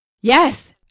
Yes